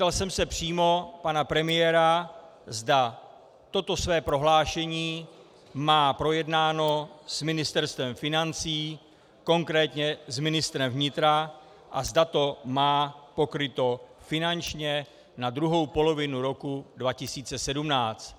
A zeptal jsem se přímo pana premiéra, zda toto své prohlášení má projednáno s Ministerstvem financí, konkrétně s ministrem vnitra a zda to má pokryto finančně na druhou polovinu roku 2017.